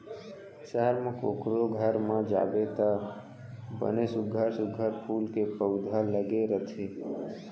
सहर म कोकरो घर म जाबे त बने सुग्घर सुघ्घर फूल के पउधा लगे रथे